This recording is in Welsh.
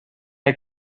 mae